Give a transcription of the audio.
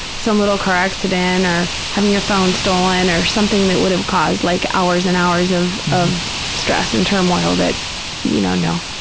some little car accident or having your phone stolen or something that would have caused like hours and hours of of stress and turmoil that you don't know.